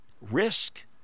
Risk